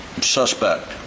suspect